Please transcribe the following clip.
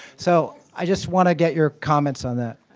so i just want to get your comments on that.